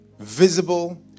Visible